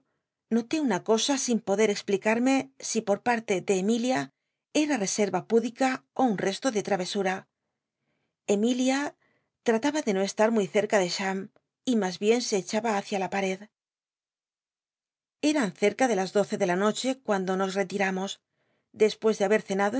notó una cosa sin poder explicarme si por parte de emilia era reserra púdica ó un resto de travesura emilia trataba de no'esliu muy cerca ele cham y mas bien se echaba hlicia la pared eran cerca de las doce de la noche cuanclo nos retiramos despues de haber cenado